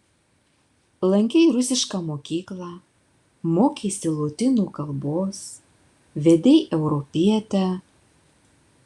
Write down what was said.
lankei rusišką mokyklą mokeisi lotynų kalbos vedei europietę